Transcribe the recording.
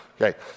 okay